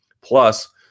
plus